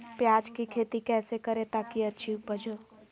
प्याज की खेती कैसे करें ताकि अच्छी उपज हो?